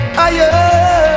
Higher